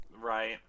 Right